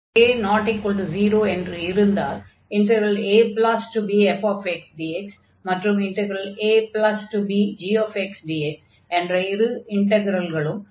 k≠0 என்று இருந்தால் abfxdxமற்றும்abgxdxஎன்ற இரண்டு இன்டக்ரல்களும் ஒரே தன்மையைக் கொண்டிருக்கும்